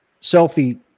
selfie